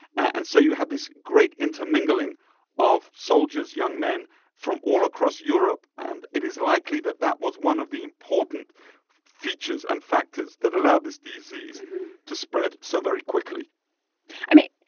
and so you had this great intermingling of soldiers young men from all across europe. and it is likely that that was one of the important features and factors that allowed this disease to spread so very quickly i mean,